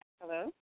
Hello